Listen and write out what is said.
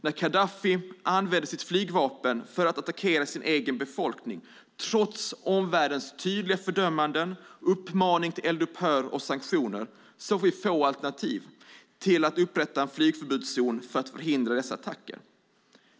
När Gaddafi använde sitt flygvapen för att attackera sin egen befolkning trots omvärldens tydliga fördömanden, uppmaning till eldupphör och sanktioner såg vi få alternativ till att upprätta en flygförbudszon för att förhindra dessa attacker.